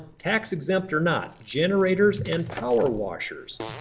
tax exempt or not generators and power washers?